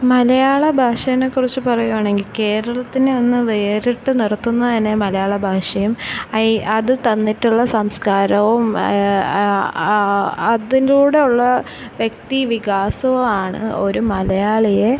മലയാള ഭാഷേനെ കുറിച്ച് പറയുകയാണെങ്കിൽ കേരളത്തിന് ഒന്നു വേറിട്ട് നിർത്തുന്നതു തന്നെ മലയാള ഭാഷയും അതു തന്നിട്ടുള്ള സംസ്കാരവും അതിനോടുള്ള വ്യക്തി വികാസവുമാണ് ഒരു മലയാളിയെ